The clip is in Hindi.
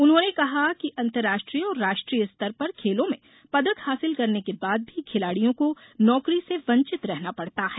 उन्होंने कहा अंतर्राष्ट्रीय और राष्ट्रीय स्तर पर खेलों में पदक हासिल करने के बाद भी खिलाड़ियों को नौकरी से वंचित रहना पड़ता है